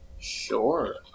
Sure